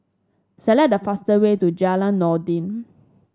select the fastest way to Jalan Noordin